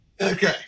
Okay